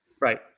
Right